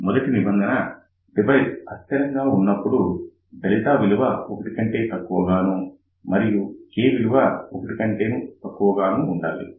మొదటి నిబంధన డివైస్ ఆస్థిరంగా ఉన్నప్పుడు డెల్టా విలువ 1 కంటే తక్కువగానూ మరియు K విలువ 1 కంటే తక్కువగా ఉండాలి